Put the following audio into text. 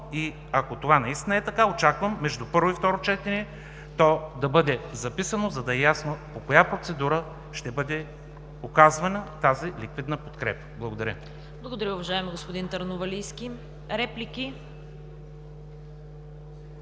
Ако това наистина е така, очаквам между първо и второ четене то да бъде записано, за да е ясно по коя процедура ще бъде оказвана тази ликвидна подкрепа. Благодаря. ПРЕДСЕДАТЕЛ ЦВЕТА КАРАЯНЧЕВА: Благодаря, уважаеми господин Търновалийски. Реплики?